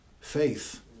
faith